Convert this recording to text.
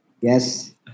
Yes